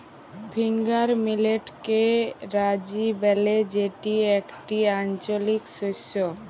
finger মিলেটকে রাজি ব্যলে যেটি একটি আঞ্চলিক শস্য